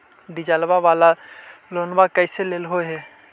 डीजलवा वाला लोनवा कैसे लेलहो हे?